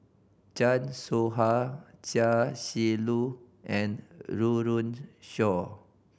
Chan Soh Ha Chia Shi Lu and Run Run Shaw